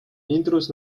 intruz